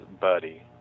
Buddy